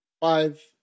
Five